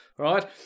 Right